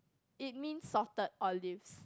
it means salted olives